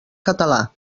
català